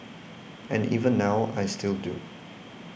and even now I still do